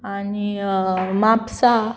आनी म्हापसा